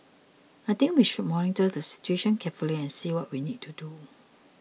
I think we should monitor the situation carefully and see what we need to do